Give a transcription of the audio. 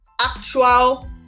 actual